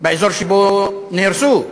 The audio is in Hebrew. באזור שבו נהרסו?